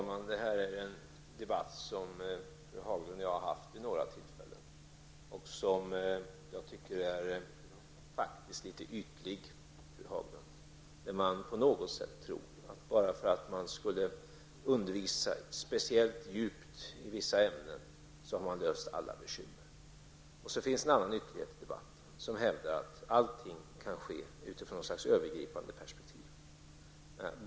Herr talman! Den debatt som fru Haglund och jag fört vid några tillfällen om dessa frågor är, fru Haglund, enligt min mening litet ytlig. Man tror på något sätt att man bara genom att undervisa speciellt djupt i vissa ämnen skulle lösa alla bekymmer. Det finns också en annan ytterlighet i debatten där man hävdar att allting kan ske utifrån något slags övergripande perspektiv.